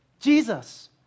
Jesus